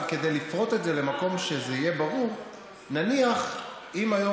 אבל כדי לפרוט את זה למקום שזה יהיה ברור: נניח אם היום